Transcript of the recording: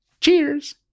Cheers